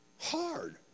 Hard